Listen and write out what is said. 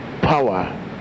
power